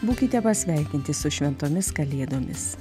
būkite pasveikinti su šventomis kalėdomis